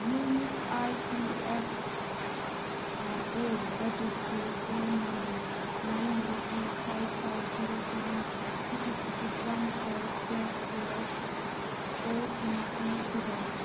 میٛٲنِس I P F O registered phone number nine eight two five five zero seven six six one five پٮ۪ٹھ سوز O T P دُبارٕ